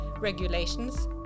regulations